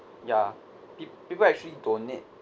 ya peo~ people actually donate